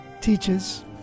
teaches